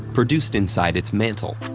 produced inside its mantle.